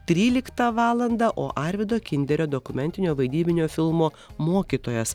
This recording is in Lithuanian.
tryliktą valandą o arvydo kinderio dokumentinio vaidybinio filmo mokytojas